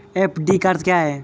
FD का अर्थ क्या है?